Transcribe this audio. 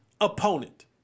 opponent